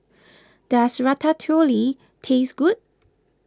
does Ratatouille taste good